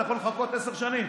אתה יכול לחכות עשר שנים.